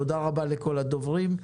תודה רבה לכל הדוברים.